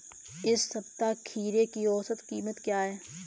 इस सप्ताह खीरे की औसत कीमत क्या है?